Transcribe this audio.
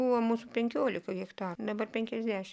buvo mūsų penkiolika hektarų dabar penkiasdešim